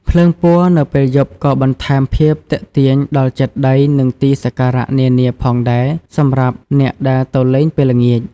ភ្លើងពណ៌នៅពេលយប់ក៏បន្ថែមភាពទាក់ទាញដល់ចេតិយនិងទីសក្ការៈនានាផងដែរសម្រាប់អ្នកដែលទៅលេងពេលល្ងាច។